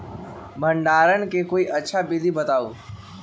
भंडारण के कोई अच्छा विधि बताउ?